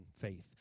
faith